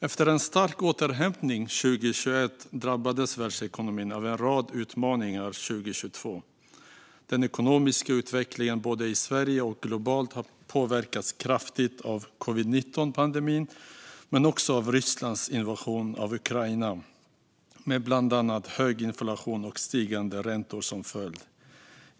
Efter en stark återhämtning 2021 drabbades världsekonomin av en rad utmaningar 2022. Den ekonomiska utvecklingen både i Sverige och globalt har påverkats kraftigt av covid-19-pandemin men också av Rysslands invasion av Ukraina, med bland annat hög inflation och stigande räntor som följd.